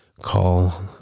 Call